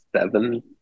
seven